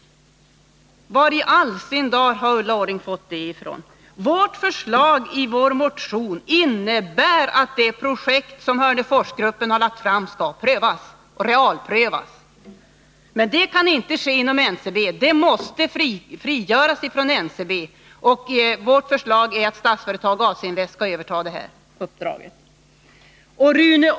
Var i all sin dar har Ulla Orring fått det ifrån? Förslaget i vår motion innebär att det projekt som Hörneforsgruppen har lagt fram skall realprövas. Men det kan inte ske inom NCB, utan det måste frigöras från NCB. Och vårt förslag är att Statsföretag/AC-invest skall överta detta uppdrag.